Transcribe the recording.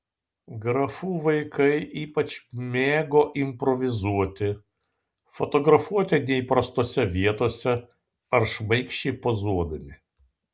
grafų vaikai ypač mėgo improvizuoti fotografuoti neįprastose vietose ar šmaikščiai pozuodami